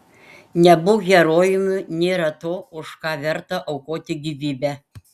nebūk herojumi nėra to už ką verta aukoti gyvybę